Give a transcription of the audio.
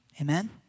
Amen